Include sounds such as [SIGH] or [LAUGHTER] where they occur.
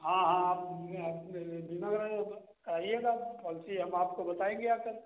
हाँ हाँ आप [UNINTELLIGIBLE] आप ये बीमा कराएँ अब कराइएगा पॉलिसी हम आपको बताएँगे आकर